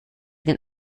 den